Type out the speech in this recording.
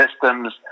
systems